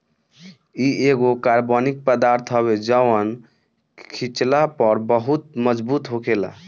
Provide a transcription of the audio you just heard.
इ एगो कार्बनिक पदार्थ हवे जवन खिचला पर बहुत मजबूत होखेला